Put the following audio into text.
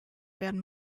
werden